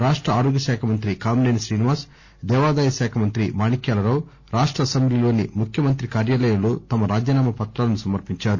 రాష్ట ఆరోగ్య శాఖ మంత్రి కామిసేని శ్రీనివాస్ దేవాదాయ శాఖ మంత్రి మాణిక్యాలరావు రాష్ట అసెంబ్లీలోని ముఖ్యమంత్రి కార్యాలయంలో తమ రాజీనామా పత్రాలను సమర్పించారు